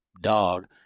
dog